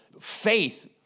faith